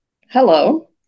Hello